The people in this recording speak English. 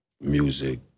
music